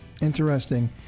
Interesting